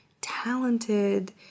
talented